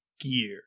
gear